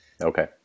Okay